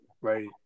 right